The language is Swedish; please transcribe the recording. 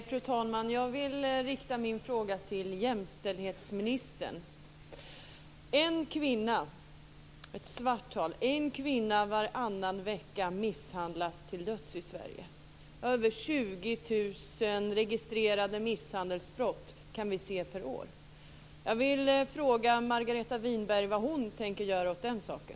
Fru talman! Jag vill rikta min fråga till jämställdhetsministern. Sverige. Det är ett svart tal. Vi har över 20 000 registrerade misshandelsbrott per år. Jag vill fråga Margareta Winberg vad hon tänker göra åt den saken.